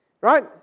right